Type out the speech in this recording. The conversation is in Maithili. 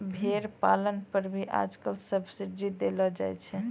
भेड़ पालन पर भी आजकल सब्सीडी देलो जाय छै